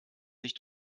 sich